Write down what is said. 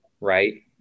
right